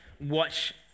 watch